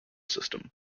system